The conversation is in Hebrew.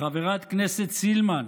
חברת הכנסת סילמן,